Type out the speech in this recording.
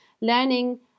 learning